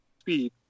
speed